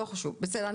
לא חשוב, בסדר.